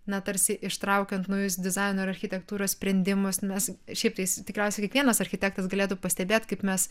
na tarsi ištraukiant naujus dizaino ir architektūros sprendimus nes šiaip tai jis tikriausiai kiekvienas architektas galėtų pastebėt kaip mes